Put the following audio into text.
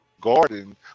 garden